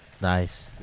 nice